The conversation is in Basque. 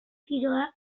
tiroa